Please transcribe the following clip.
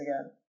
again